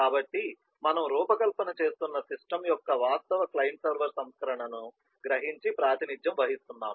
కాబట్టి మనము రూపకల్పన చేస్తున్న సిస్టమ్ యొక్క వాస్తవ క్లయింట్ సర్వర్ సంస్కరణను గ్రహించి ప్రాతినిధ్యం వహిస్తున్నాము